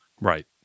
Right